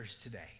today